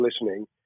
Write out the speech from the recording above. listening